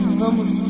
vamos